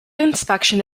inspection